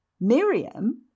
Miriam